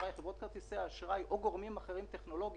אבל הנושא הזה יוסדר במנגנון של שמירה על